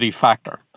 factor